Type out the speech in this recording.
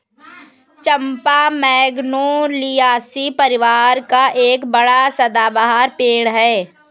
चंपा Magnoliaceae परिवार का एक बड़ा सदाबहार पेड़ है